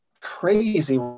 crazy